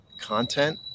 content